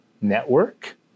network